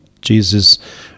Jesus